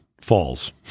falls